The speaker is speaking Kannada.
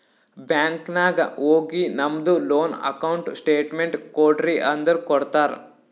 ಬ್ಯಾಂಕ್ ನಾಗ್ ಹೋಗಿ ನಮ್ದು ಲೋನ್ ಅಕೌಂಟ್ ಸ್ಟೇಟ್ಮೆಂಟ್ ಕೋಡ್ರಿ ಅಂದುರ್ ಕೊಡ್ತಾರ್